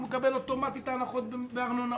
הוא מקבל אוטומטית את ההנחות בארנונה.